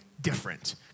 different